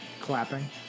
Clapping